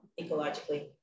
ecologically